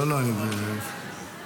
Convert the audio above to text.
כבוד היושב-ראש,